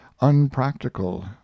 unpractical